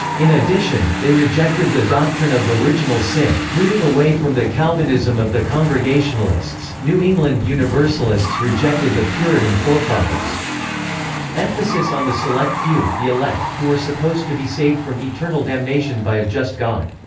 in addition, they rejected the doctrine of original sin, moving away from the calvinism of the congregationalists new england universalists rejected the puritan forefathers' emphasis on the select few, the elect, who were supposed to be saved from eternal damnation by a just god.